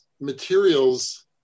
materials